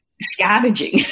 scavenging